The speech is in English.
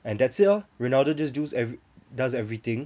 and that's it loh ronaldo just do~ ever~ does everything